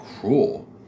cruel